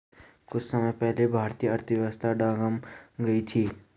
कुछ समय पहले भारत की अर्थव्यवस्था डगमगा गयी थी